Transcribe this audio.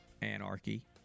anarchy